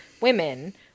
women